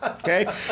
Okay